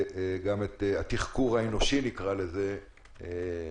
וגם את התחקור האנושי יותר חקירות,